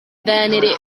venere